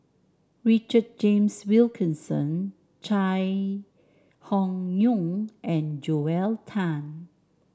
Richard James Wilkinson Chai Hon Yoong and Joel Tan